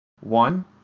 one